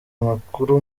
amakuru